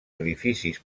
edificis